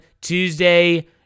Tuesday